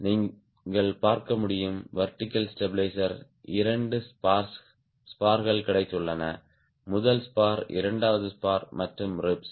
நீங்கள் பார்க்க முடியும் வெர்டிகல் ஸ்டாபிளிஸ்ர் இரண்டு ஸ்பார்கள் கிடைத்துள்ளன முதல் ஸ்பார் இரண்டாவது ஸ்பார் மற்றும் ரிப்ஸ்